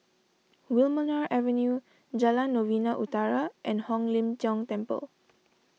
Wilmonar Avenue Jalan Novena Utara and Hong Lim Jiong Temple